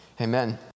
Amen